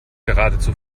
geradezu